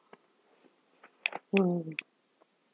one moment